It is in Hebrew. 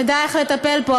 נדע איך לטפל בו,